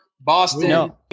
Boston